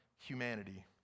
humanity